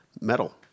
metal